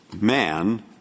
man